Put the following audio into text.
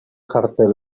kartel